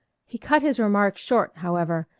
he cut his remarks short, however,